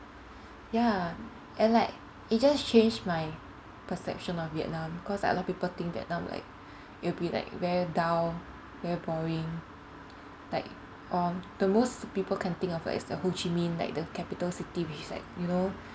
ya and like it just changed my perception of vietnam cause like a lot of people think vietnam like it'll be like very down very boring like um the most people can think of like is the Ho Chi Minh like the capital city which is like you know